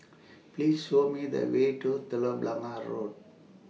Please Show Me The Way to Telok Blangah Road